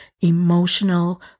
emotional